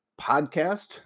podcast